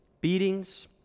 beatings